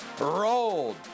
rolled